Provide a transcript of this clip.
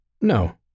No